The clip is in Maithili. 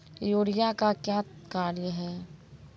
यूरिया का क्या कार्य हैं?